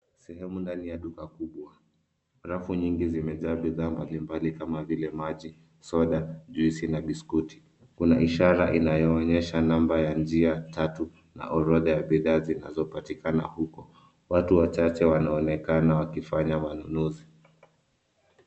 Sehemu ndani ya duka kubwa rafu nyingi zimejaa bidhaa mbali mbali kama vile maji, soda, juisi na biskuti kuna ishara inayo onyesha namba ya njia tatu na orodha ya bidhaa zinazopatikana huko watu wachache wanaonekana wakifanya manunuzi.